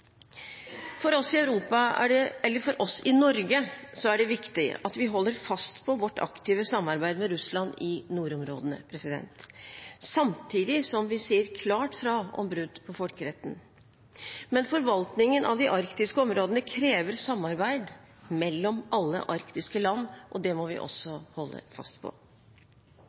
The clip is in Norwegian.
For oss i Norge er det viktig at vi holder fast på vårt aktive samarbeid med Russland i nordområdene, samtidig som vi sier klart fra om brudd på folkeretten. Men forvaltningen av de arktiske områdene krever samarbeid mellom alle arktiske land. Det må vi også holde fast på.